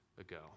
ago